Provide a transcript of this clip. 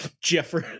Jeffrey